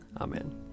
Amen